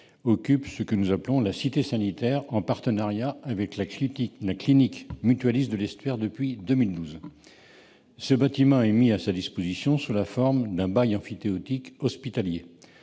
occupe ce que nous appelons la « Cité sanitaire » en partenariat avec la clinique mutualiste de l'Estuaire depuis 2012. Ce bâtiment est mis à sa disposition sous la forme d'un bail emphytéotique hospitalier.